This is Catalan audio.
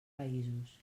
països